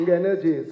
energy